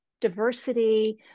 diversity